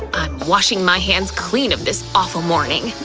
i'm washing my hands clean of this awful morning.